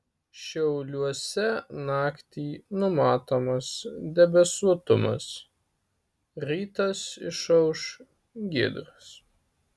šiauliuose naktį numatomas debesuotumas rytas išauš giedras